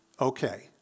okay